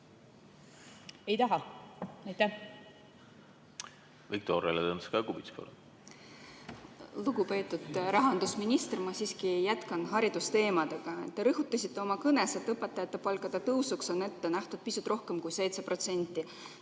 palun! Viktoria Ladõnskaja-Kubits, palun! Lugupeetud rahandusminister! Ma siiski jätkan haridusteemadega. Te rõhutasite oma kõnes, et õpetajate palkade tõusuks on ette nähtud pisut rohkem kui 7%.